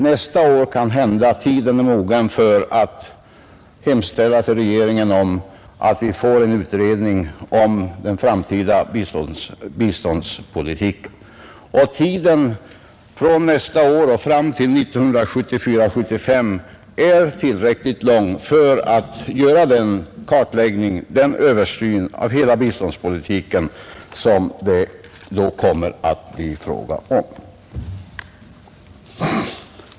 Nästa år kanhända tiden är mogen för att hemställa till regeringen om att vi får en utredning om den framtida biståndspolitiken. Tiden från nästa år fram till 1974/75 är tillräckligt lång för att vi skall kunna göra den kartläggning och översyn av hela biståndspolitiken som det då kommer att bli fråga om.